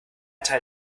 teil